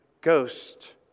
Ghost